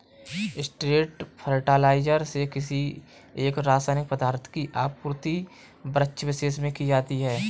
straight fertiliser से किसी एक रसायनिक पदार्थ की आपूर्ति वृक्षविशेष में की जाती है